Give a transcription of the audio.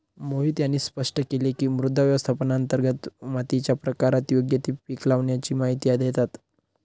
मोहित यांनी स्पष्ट केले की, मृदा व्यवस्थापनांतर्गत मातीच्या प्रकारात योग्य ते पीक लावाण्याची माहिती देतात